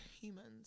humans